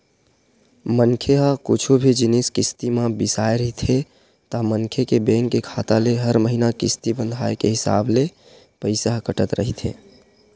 मनखे ह कुछु भी जिनिस किस्ती म बिसाय रहिथे ता मनखे के बेंक के खाता ले हर महिना किस्ती बंधाय के हिसाब ले पइसा ह कटत रहिथे